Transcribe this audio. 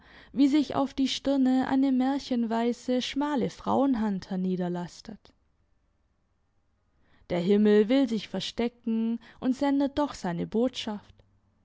wie sich auf die stirne eine märchenweisse schmale frauenhand herniederlastet der himmel will sich verstecken und sendet doch seine botschaft